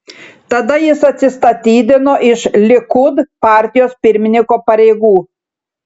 tada jis atsistatydino iš likud partijos pirmininko pareigų